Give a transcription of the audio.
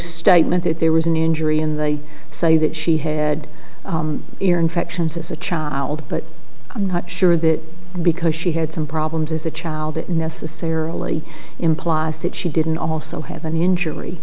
statement that there was an injury and they say that she had ear infections as a child but i'm sure that because she had some problems as a child it necessarily implies that she didn't also have an injury